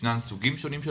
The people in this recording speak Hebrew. ישנם סוגים שונים של